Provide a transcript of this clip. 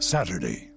Saturday